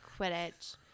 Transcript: Quidditch